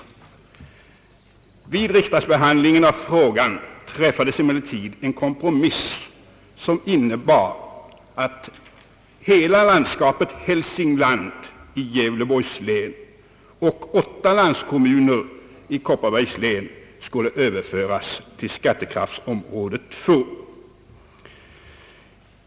Vid riksdagsbehandlingen av frågan träffades emellertid en kompromiss, som innebar att hela landskapet Hälsingland i Gävleborgs län och åtta landskommuner i Kopparbergs län överfördes till skattekraftsområde 2.